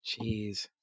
Jeez